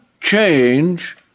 change